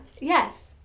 Yes